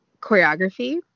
choreography